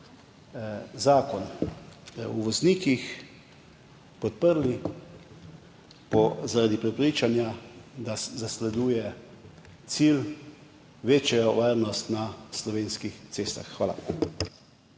zakon o voznikih podprli zaradi prepričanja, da zasleduje cilj večje varnosti na slovenskih cestah. Hvala.